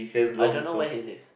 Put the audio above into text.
I don't know where he lives